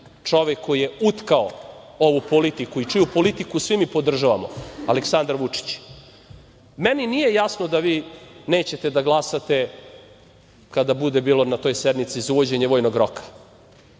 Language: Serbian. čovek koji je utkao ovu politiku i čiju politiku svi mi podržavamo, Aleksandar Vučić. Meni nije jasno da vi nećete da glasate kada bude bilo na toj sednici za uvođenje vojnog roka.